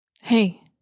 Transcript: Hey